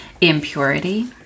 Impurity